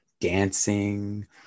dancing